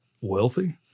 wealthy